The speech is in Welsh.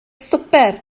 swper